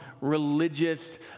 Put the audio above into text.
religious